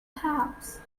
house